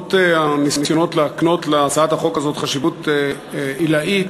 למרות הניסיונות להקנות להצעת החוק הזאת חשיבות עילאית